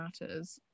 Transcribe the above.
matters